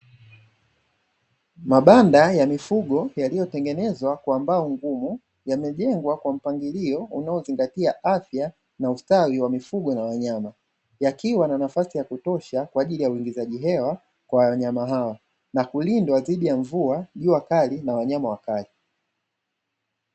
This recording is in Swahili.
Mabanda ya mifugo yaliyotengenezwa kwa mbao ngumu, yamejengwa kwa mpangilio unaozingatia afya na ustawi wa mifugo na wanyama, yakiwa na nafasi ya kutosha kwa ajili ya uingizaji hewa kwa wanyama hawa na kulindwa dhidi ya mvua, jua kali na wanyama wakali.